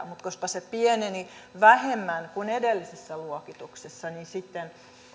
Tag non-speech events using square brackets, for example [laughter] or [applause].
[unintelligible] mutta koska se pieneni vähemmän kuin edellisessä luokituksessa niin sitten